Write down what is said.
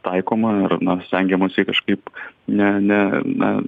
taikoma ir na stengiamasi kažkaip ne ne na